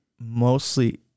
mostly